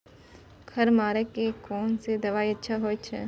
खर मारे के कोन से दवाई अच्छा होय छे?